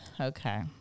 Okay